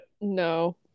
No